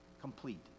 complete